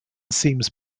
seems